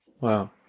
Wow